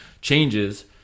changes